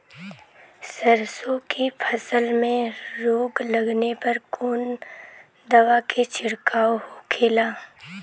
सरसों की फसल में रोग लगने पर कौन दवा के छिड़काव होखेला?